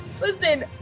Listen